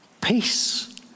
peace